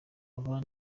van